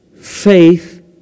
faith